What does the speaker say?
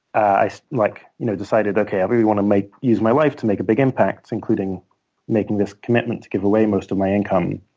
i like you know decided, okay, i really want to use my life to make a big impact, including making this commitment to give away most of my income,